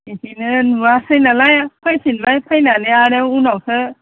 बेखौनो नुवाखै नालाय फैफिनबाय फैनानै आरो उनावसो